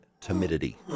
timidity